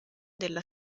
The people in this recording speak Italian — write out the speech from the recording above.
della